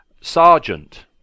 Sergeant